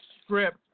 script